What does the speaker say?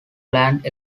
planned